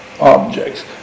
objects